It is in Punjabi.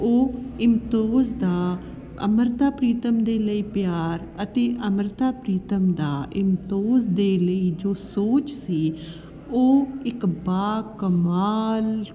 ਉਹ ਇਮਤੋਜ਼ ਦਾ ਅੰਮ੍ਰਿਤਾ ਪ੍ਰੀਤਮ ਦੇ ਲਈ ਪਿਆਰ ਅਤੇ ਅੰਮ੍ਰਿਤਾ ਪ੍ਰੀਤਮ ਦਾ ਇਮਤੋਜ਼ ਦੇ ਲਈ ਜੋ ਸੋਚ ਸੀ ਉਹ ਇੱਕ ਬਾਕਮਾਲ